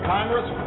Congress